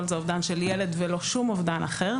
זה אובדן של ילד ולא שום אובדן אחר,